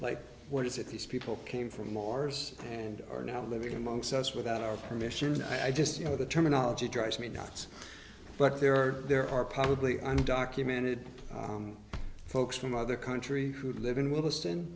like what is it these people came from mars and are now living amongst us without our permission i just you know the terminology drives me nuts but there are there are probably i'm documented folks from other countries who live in wi